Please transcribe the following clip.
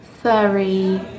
furry